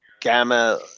gamma